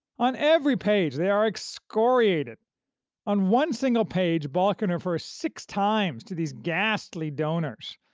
on every page they are excoriated on one single page balkin refers six times to these ghastly donors,